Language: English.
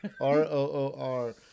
R-O-O-R